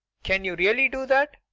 can you really do that?